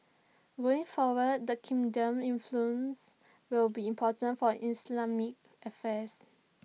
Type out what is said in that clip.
going forward the kingdom's influence will be important for Islamic affairs